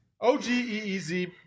O-G-E-E-Z